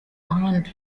muhanda